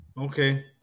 Okay